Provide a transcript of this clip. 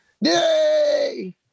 Yay